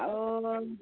ଆଉ